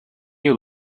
you